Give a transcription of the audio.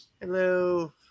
Hello